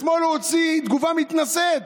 אתמול הוא הוציא תגובה מתנשאת